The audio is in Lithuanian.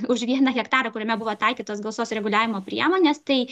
už vieną hektarą kuriame buvo taikytos gausos reguliavimo priemonės tai